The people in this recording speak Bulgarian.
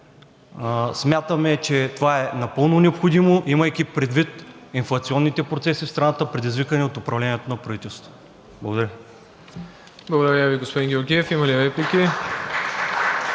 смятаме, че това е напълно необходимо, имайки предвид инфлационните процеси в страната, предизвикани от управлението на правителството. Благодаря. (Ръкопляскания